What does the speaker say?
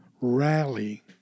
rally